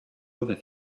other